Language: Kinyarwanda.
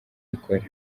ikora